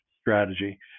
strategy